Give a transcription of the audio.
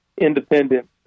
independent